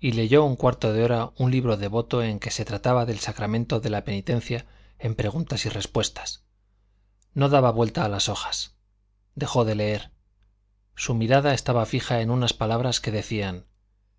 y leyó un cuarto de hora un libro devoto en que se trataba del sacramento de la penitencia en preguntas y respuestas no daba vuelta a las hojas dejó de leer su mirada estaba fija en unas palabras que decían